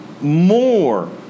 more